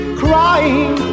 crying